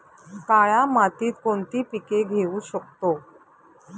काळ्या मातीत कोणती पिके घेऊ शकतो?